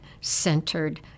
centered